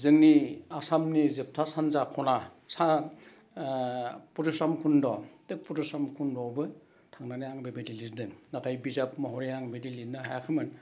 जोंनि आसामनि जोबथा सान्जा ख'ना सा परुस्रम खुन्द' बे परुस्रम खुन्द'आवबो थांनानै आं बेबायदि लिरदों नाथाय बिजाब महरै आं बिदि लिरनो हायाखैमोन